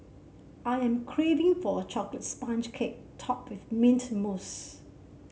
I am craving for a chocolate sponge cake topped with mint mousse